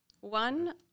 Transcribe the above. One